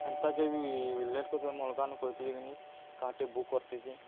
ହେନ୍ତା ଯେବି ଲେଟ୍ କରିଥା ମୁଲଗାନ କହିଥଲିକିିନି କାର୍ଟେ ବୁକ୍ କରିଥିଲ ଯି